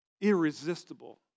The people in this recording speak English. irresistible